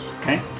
Okay